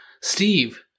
Steve